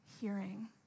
hearing